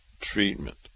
treatment